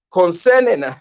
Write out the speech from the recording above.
concerning